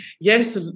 yes